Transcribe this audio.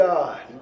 God